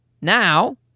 now